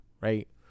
Right